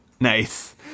Nice